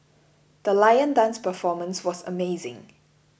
the lion dance performance was amazing